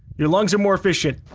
your lungs are more efficient.